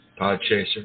Podchaser